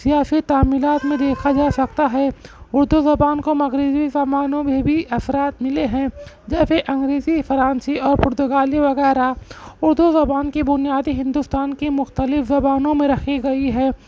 سیاسی تعمیلات میں دیکھا جا سکتا ہے اردو زبان کو مغربی زبانوں میں بھی اثرات ملے ہیں جیسے انگریزی فرانسی اور پرتگالی وغیرہ اردو زبان کی بنیاد ہی ہندوستان کی مختلف زبانوں میں رکھی گئی ہے